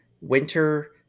winter